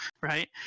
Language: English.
right